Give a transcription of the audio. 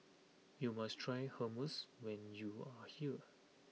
you must try Hummus when you are here